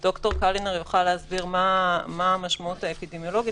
ד"ר קלינר יוכל להסביר מה המשמעות האפידמיולוגית,